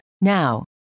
Now